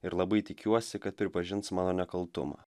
ir labai tikiuosi kad pripažins mano nekaltumą